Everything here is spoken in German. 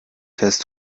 fährst